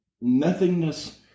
nothingness